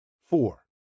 Four